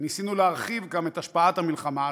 ניסינו להרחיב גם את השפעת המלחמה,